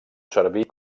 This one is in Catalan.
servir